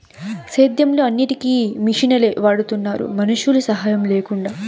సేద్యంలో అన్నిటికీ మిషనులే వాడుతున్నారు మనుషుల సాహాయం లేకుండా